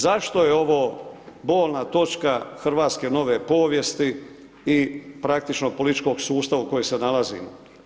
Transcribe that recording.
Zašto je ovo bolna točka hrvatske nove povijesti i praktičnog političkog sustava u kojem se nalazimo?